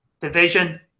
division